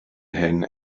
hyn